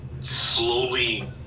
slowly